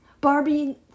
Barbie